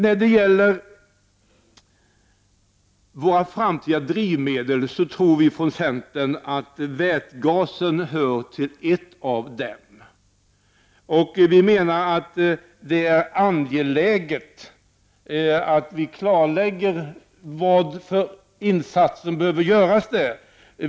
Vi i centern tror att vätgasen är ett av drivmedlen för framtiden. Det är enligt vår mening angeläget att klarlägga vilka insatser som behöver göras.